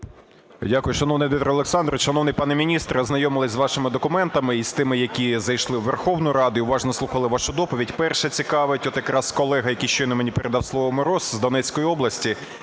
Дякую. Шановний Дмитре Олександрович! Шановний пане міністре! Ознайомились з вашими документами і з тими, які зайшли в Верховну Раду, і уважно слухали вашу доповідь. Перше цікавить, от якраз колега, який щойно мені передав слово, Мороз, з Донецької області,